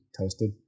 toasted